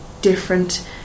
different